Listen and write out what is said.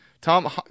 Tom